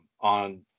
on